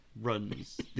runs